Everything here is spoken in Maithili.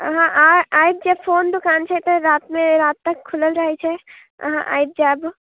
अहाँ आइ आबि जायब फोन दुकान छै एतऽ रातिमे राति तक खुलल रहैत छै अहाँ आबि जायब